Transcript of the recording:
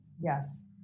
Yes